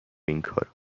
اینکارا